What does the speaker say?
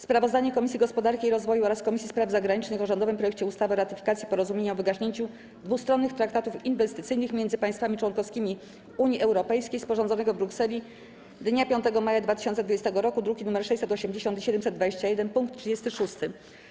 Sprawozdanie Komisji Gospodarki i Rozwoju oraz Komisji Spraw Zagranicznych o rządowym projekcie ustawy o ratyfikacji Porozumienia o wygaśnięciu dwustronnych traktatów inwestycyjnych między państwami członkowskimi Unii Europejskiej, sporządzonego w Brukseli dnia 5 maja 2020 r. (druki nr 680 i 721) - punkt 36.